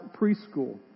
preschool